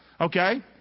Okay